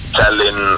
telling